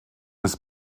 des